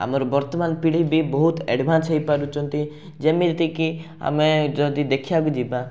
ଆମର ବର୍ତ୍ତମାନ ପିଢ଼ି ବି ବହୁତ ଏଡଭାନ୍ସ ହେଇପାରୁଛନ୍ତି ଯେମିତିକି ଆମେ ଯଦି ଦେଖିବାକୁ ଯିବା